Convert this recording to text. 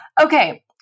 Okay